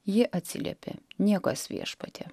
ji atsiliepė niekas viešpatie